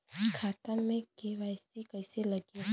खाता में के.वाइ.सी कइसे लगी?